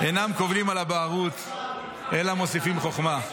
"אינם קובלים על הבערות, אלא מוסיפים חוכמה".